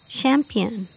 champion